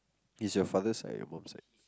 is your father side or mom's side